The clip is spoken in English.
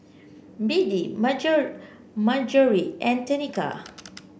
Beadie Marjory and Tenika